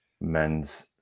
men's